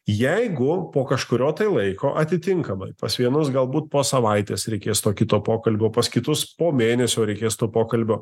jeigu po kažkurio tai laiko atitinkamai pas vienus galbūt po savaitės reikės to kito pokalbio pas kitus po mėnesio reikės to pokalbio